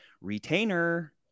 retainer